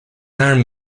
army